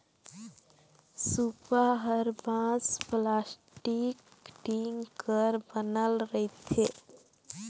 सूपा हर बांस, पलास्टिक, टीग कर बनल रहथे